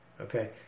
Okay